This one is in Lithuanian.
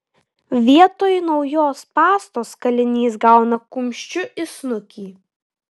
vietoj naujos pastos kalinys gauna kumščiu į snukį